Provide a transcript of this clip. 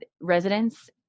residents